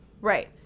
Right